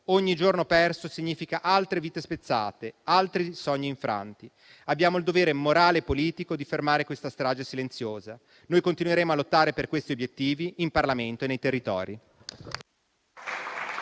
ogni giorno perso significa altre vite spezzate, altri sogni infranti. Abbiamo il dovere morale e politico di fermare questa strage silenziosa. Noi continueremo a lottare per questi obiettivi in Parlamento e nei territori.